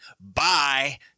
Bye